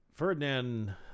Ferdinand